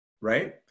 right